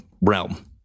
realm